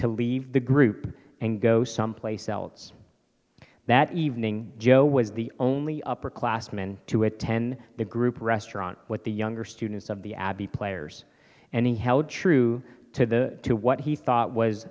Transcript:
to leave the group and go someplace else that evening joe was the only upper classmen to attend the group restaurant with the younger students of the abbey players and he held true to the to what he thought was